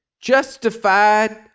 justified